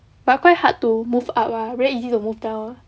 but quite hard to move up ah very easy to move down